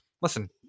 Listen